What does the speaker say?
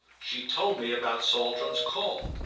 she told me about saltram's call.